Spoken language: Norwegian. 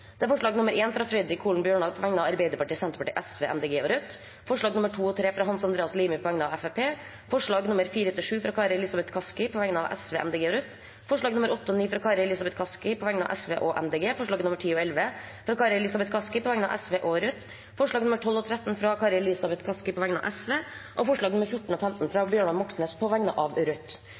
Det er forslag nr. 1, fra Fredric Holen Bjørdal på vegne av Arbeiderpartiet, Senterpartiet, Sosialistisk Venstreparti, Miljøpartiet De Grønne og Rødt forslagene nr. 2 og 3, fra Hans Andreas Limi på vegne av Fremskrittspartiet forslagene nr. 4–7, fra Kari Elisabeth Kaski på vegne av Sosialistisk Venstreparti, Miljøpartiet De Grønne og Rødt forslagene nr. 8 og 9, fra Kari Elisabeth Kaski på vegne av Sosialistisk Venstreparti og Miljøpartiet De Grønne forslagene nr. 10 og 11, fra Kari Elisabeth Kaski på vegne av Sosialistisk Venstreparti og Rødt forslagene nr. 12 og 13, fra Kari Elisabeth Kaski på vegne av Sosialistisk Venstreparti forslagene nr. 14 og 15, fra Bjørnar Moxnes på vegne av Rødt